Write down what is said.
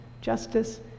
justice